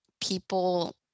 people